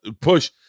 push